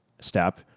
step